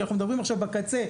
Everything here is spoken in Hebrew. כי אנחנו מדברים עכשיו על הקצה,